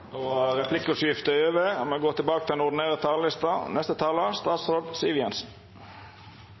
er replikkordskiftet omme, og vi går tilbake til den ordinære